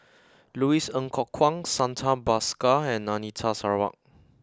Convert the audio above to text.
Louis Ng Kok Kwang Santha Bhaskar and Anita Sarawak